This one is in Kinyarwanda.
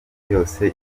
yose